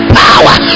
power